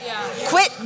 Quit